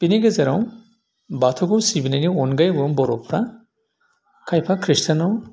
बेनि गेजेराव बाथौखौ सिबिनायनि अनगायै बर'फ्रा खायफा खृष्टीयानाव